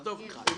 עזוב אותך.